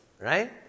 right